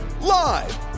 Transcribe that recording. Live